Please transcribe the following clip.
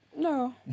No